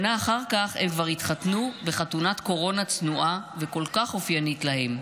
שנה אחר כך הם כבר התחתנו בחתונת קורונה צנועה וכל כך אופיינית להם.